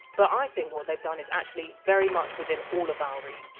but i think what they've done is actually very much within all of our reach.